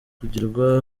kugirwa